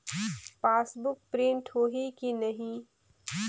Passbook print होही कि नहीं?